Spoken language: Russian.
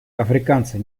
африканцы